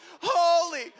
Holy